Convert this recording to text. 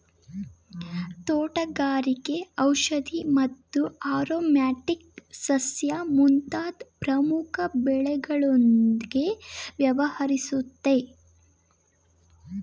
ತೋಟಗಾರಿಕೆ ಔಷಧಿ ಮತ್ತು ಆರೊಮ್ಯಾಟಿಕ್ ಸಸ್ಯ ಮುಂತಾದ್ ಪ್ರಮುಖ ಬೆಳೆಗಳೊಂದ್ಗೆ ವ್ಯವಹರಿಸುತ್ತೆ